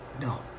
no